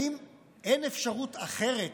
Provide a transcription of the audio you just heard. האם אין אפשרות אחרת